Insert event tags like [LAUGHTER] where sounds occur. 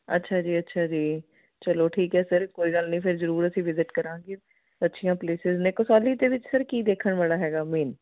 ਅੱਛਾ ਜੀ ਅੱਛਾ ਜੀ ਚਲੋ ਠੀਕ ਹੈ ਸਰ ਕੋਈ ਗੱਲ ਨਹੀਂ ਫਿਰ ਜ਼ਰੂਰ ਅਸੀਂ ਵਿਜਿਟ ਕਰਾਂਗੇ ਅੱਛੀਆਂ ਪਲੇਸਿਸ ਨੇ [UNINTELLIGIBLE] ਇਹਦੇ ਵਿੱਚ ਕੀ ਦੇਖਣ ਵਾਲਾ ਹੈਗਾ